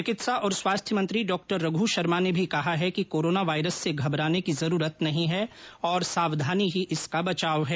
चिकित्सा और स्वास्थ्य मंत्री डॉ रघ् शर्मा ने भी कहा है कि कोरोना वायरस से घबराने की जरूरत नहीं है और सावधानी ही इसका बचाव है